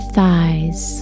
thighs